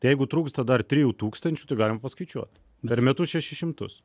tai jeigu trūksta dar trijų tūkstančių tai galim paskaičiuot per metus šešis šimtus